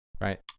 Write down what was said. Right